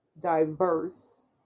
diverse